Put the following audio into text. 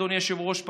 אדוני היושב-ראש,